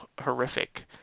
horrific